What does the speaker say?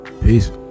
Peace